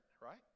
right